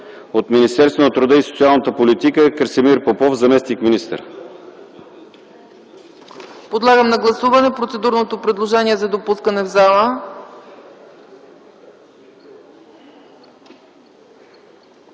от Министерството на труда и социалната политика: Красимир Попов – заместник-министър.